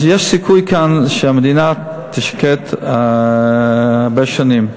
אז יש סיכוי שהמדינה תשקוט הרבה שנים,